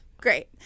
Great